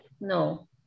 No